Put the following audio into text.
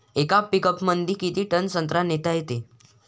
येका पिकअपमंदी किती टन संत्रा नेता येते?